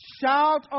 Shout